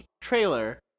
trailer